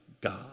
God